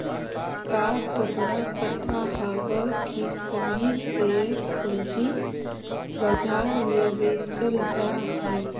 का तोहरा पता हवअ की सभी शेयर पूंजी बाजार में बेचल जा हई